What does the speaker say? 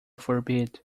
forbid